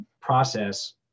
process